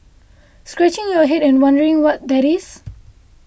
scratching your head and wondering what that is